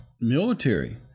military